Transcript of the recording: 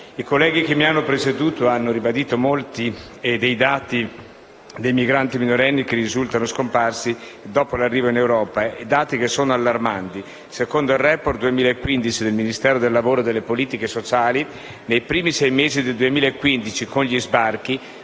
I colleghi che mi hanno preceduto hanno ribadito molti dei dati relativi ai migranti minorenni che risultano scomparsi dopo l'arrivo in Europa, dati che sono allarmanti. Secondo il *report* 2015 del Ministero del lavoro e delle politiche sociali, nei primi sei mesi del 2015, con gli sbarchi,